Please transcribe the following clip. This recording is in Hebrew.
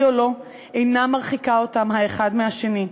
או לא אינה מרחיקה את בניה האחד מהשני.